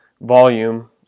volume